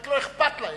רק לא אכפת להם,